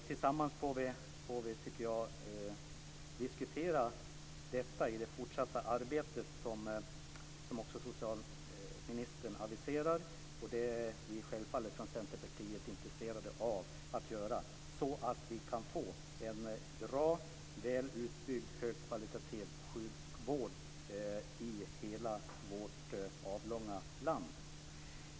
Vi får diskutera detta tillsammans i det fortsatta arbete som socialministern aviserar. Vi är från Centerpartiet självfallet intresserade av ett sådant, så att vi kan få en bra, väl utbyggd och högkvalitativ sjukvård i hela vårt avlånga land.